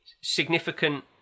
significant